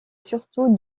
surtout